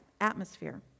atmosphere